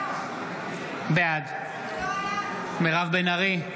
בעד מירב בן ארי,